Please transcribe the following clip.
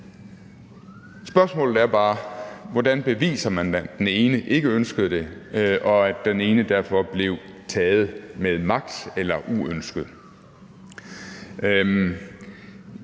Spørgsmålet er bare: Hvordan beviser man, at den ene ikke ønskede det, og at den pågældende derfor blev taget med magt eller uønsket?